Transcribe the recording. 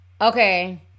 Okay